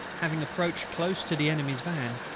having approached close to the enemy's van,